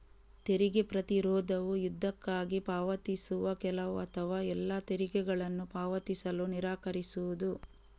ತೆರಿಗೆ ಪ್ರತಿರೋಧವು ಯುದ್ಧಕ್ಕಾಗಿ ಪಾವತಿಸುವ ಕೆಲವು ಅಥವಾ ಎಲ್ಲಾ ತೆರಿಗೆಗಳನ್ನು ಪಾವತಿಸಲು ನಿರಾಕರಿಸುವುದು